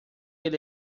ele